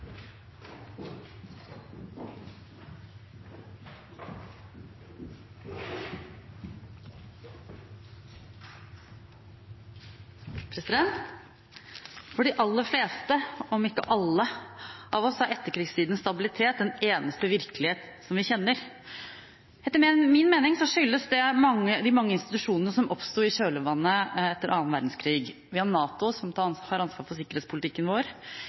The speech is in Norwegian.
stabilitet den eneste virkelighet vi kjenner. Etter min mening skyldes det de mange institusjonene som oppsto i kjølvannet etter annen verdenskrig. Vi har NATO, som har ansvaret for sikkerhetspolitikken vår,